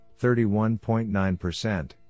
31.9%